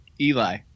Eli